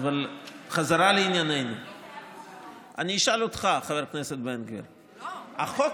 אז אם חבר כנסת בן גביר בחר את